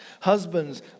husbands